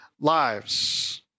lives